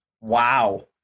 wow